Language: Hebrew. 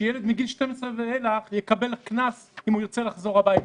שילד מגיל 12 ואילך יקבל קנס אם הוא ירצה לחזור הביתה.